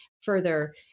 further